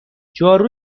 جارو